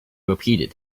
repeated